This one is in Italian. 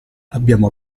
abbiamo